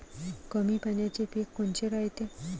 कमी पाण्याचे पीक कोनचे रायते?